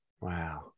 wow